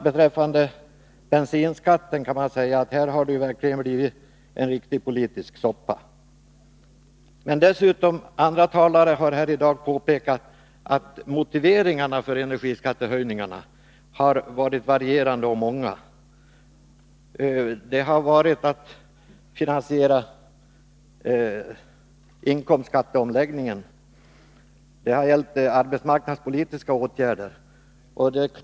Beträffande bensinskatten kan man säga att den verkligen har blivit en riktigt politisk soppa. Andra talare har dessutom här i dag påpekat att motiveringarna för energiskattehöjningarna har varit varierande och många. Det har gällt att finansiera inkomstskatteomläggningen och det har gällt arbetsmarknadspolitiska åtgärder.